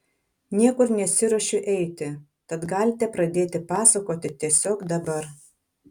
niekur nesiruošiu eiti tad galite pradėti pasakoti tiesiog dabar